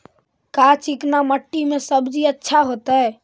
का चिकना मट्टी में सब्जी अच्छा होतै?